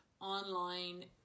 online